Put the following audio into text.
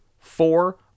four